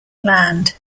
land